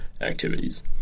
activities